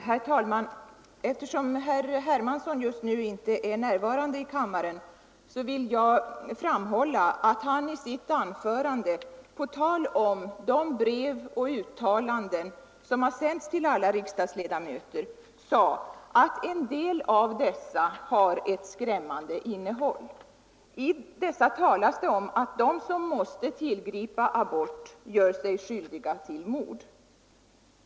Herr talman! Eftersom herr Hermansson just nu inte är närvarande i kammaren vill jag framhålla att han i sitt anförande på tal om de brev och uttalanden som har sänts till alla riksdagsledamöter sade att en del av dessa har ett skrämmande innehåll. Det talades om att de som måste tillgripa abort gör sig skyldiga till mord.